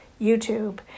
YouTube